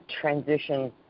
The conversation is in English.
transition